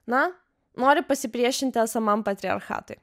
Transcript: na nori pasipriešinti esamam patriarchatui